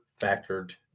factored